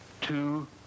two